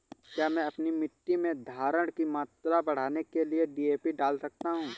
क्या मैं अपनी मिट्टी में धारण की मात्रा बढ़ाने के लिए डी.ए.पी डाल सकता हूँ?